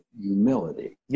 humility